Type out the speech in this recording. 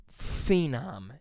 phenom